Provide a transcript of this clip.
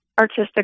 artistic